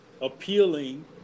appealing